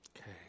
Okay